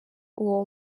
uwo